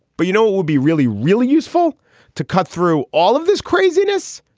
but, you know, it would be really, really useful to cut through all of this craziness.